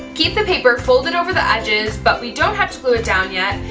keep the paper folded over the edges, but we don't have to glue it down yet,